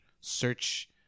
search